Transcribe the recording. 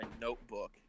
notebook